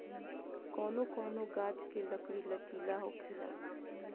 कौनो कौनो गाच्छ के लकड़ी लचीला होखेला